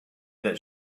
that